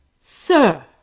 sir